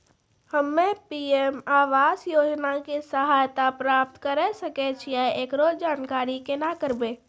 हम्मे पी.एम आवास योजना के सहायता प्राप्त करें सकय छियै, एकरो जानकारी केना करबै?